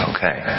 Okay